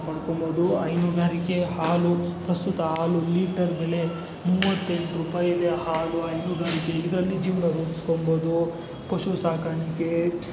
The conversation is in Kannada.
ಪಡ್ಕೋಬಹುದು ಹೈನುಗಾರಿಕೆ ಹಾಲು ಪ್ರಸ್ತುತ ಹಾಲು ಲೀಟರ್ ಬೆಲೆ ಮೂವತ್ತೆಂಟು ರೂಪಾಯಿ ಇದೆ ಹಾಲು ಹೈನುಗಾರಿಕೆಯಲ್ಲಿ ಇದರಲ್ಲಿ ಜೀವನ ರೂಪಿಸ್ಕೋಬಹುದು ಪಶು ಸಾಕಾಣಿಕೆ